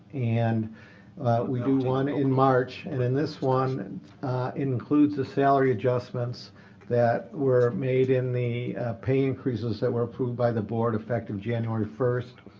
and we do one in march, and then this one and includes the salary adjustments that were made in the pay increases that were approved by the board effective january first.